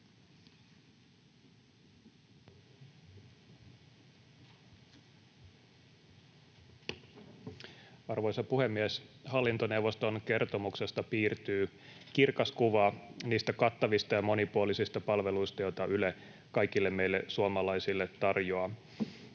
Arvoisa puhemies! Hallintoneuvoston kertomuksesta piirtyy kirkas kuva niistä kattavista ja monipuolisista palveluista, joita Yle kaikille meille suomalaisille tarjoaa.